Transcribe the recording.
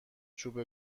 چوب